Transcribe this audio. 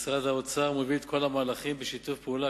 משרד האוצר מביא את כל המהלכים בשיתוף פעולה,